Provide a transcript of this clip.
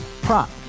Prop